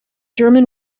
german